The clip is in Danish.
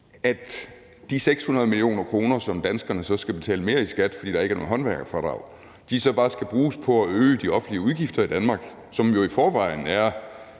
at de 600 mio. kr., som danskerne så skal betale mere i skat, fordi der ikke er noget håndværkerfradrag, bare skal bruges på at øge de offentlige udgifter i Danmark, som jo i forvejen er